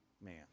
man